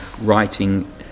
writing